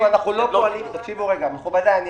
מכובדיי,